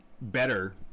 better